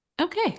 Okay